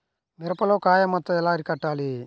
మిరపలో కాయ మచ్చ ఎలా అరికట్టాలి?